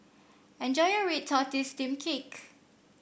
enjoy your Red Tortoise Steamed Cake